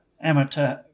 amateur